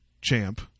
champ